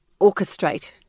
orchestrate